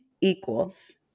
equals